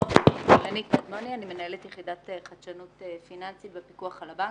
אני מנהלת יחידת חדשנות פיננסית בפיקוח על הבנקים.